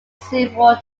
several